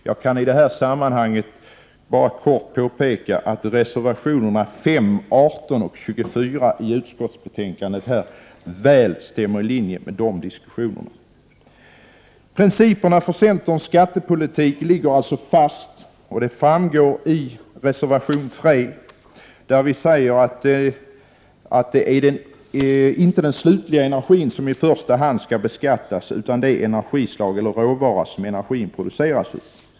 Jag kan i detta sammanhang bara kort påpeka att reservationerna 5, 18 och 24 till utskottets betänkande helt ligger i linje med de diskussionerna. Principerna för centerns skattepolitik ligger alltså fast. Det framgår av reservation 3, där vi säger att det inte är den slutliga energin som i första hand skall beskattas utan det energislag eller den råvara som energin produceras av.